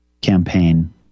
campaign